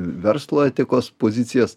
verslo etikos pozicijas